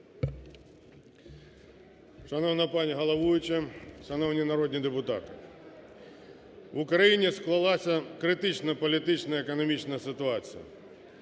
Шановна пані головуюча! Шановні народні депутати! В Україні склалася критично політична економічна ситуація.